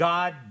God